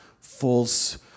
false